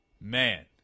man